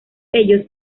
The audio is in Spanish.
ellos